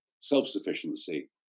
self-sufficiency